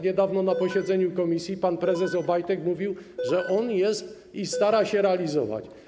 Niedawno na posiedzeniu komisji pan prezes Obajtek mówił, że on stara się to realizować.